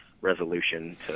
resolution